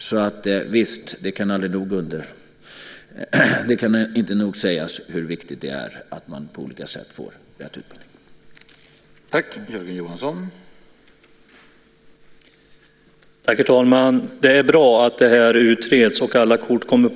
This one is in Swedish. Så visst, det kan inte nog sägas hur viktigt det är att man på olika sätt får rätt utbildning.